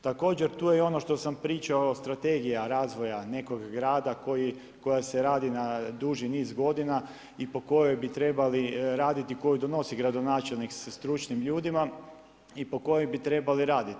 Također tu je i ono što sam pričao Strategija razvoja nekog grada koja se radi na duži niz godina i po kojoj bi trebali raditi, koju donosi gradonačelnik sa stručnim ljudima i po kojoj bi trebali raditi.